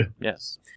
Yes